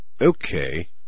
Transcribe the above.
okay